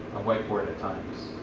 a whiteboard at times